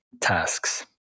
tasks